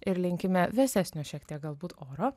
ir linkime vėsesnio šiek tiek galbūt oro